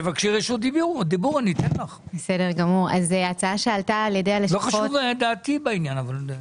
תבקשי רשות דיבור ואני אתן לך ולא חשובה דעתי בעניין.